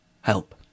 Help